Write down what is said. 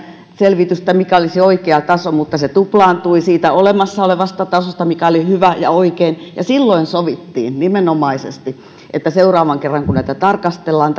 selvitystä mikä olisi oikea taso mutta se tuplaantui siitä olemassa olevasta tasosta mikä oli hyvä ja oikein silloin sovittiin nimenomaisesti että seuraavan kerran kun näitä tarkastellaan